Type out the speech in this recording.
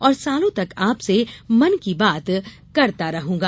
और सालों तक आपसे मन की बात करता रहूंगा